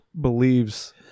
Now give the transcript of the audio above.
believes